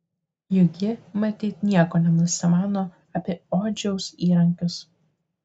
juk ji matyt nieko nenusimano apie odžiaus įrankius